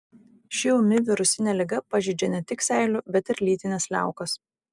ši ūmi virusinė liga pažeidžia ne tik seilių bet ir lytines liaukas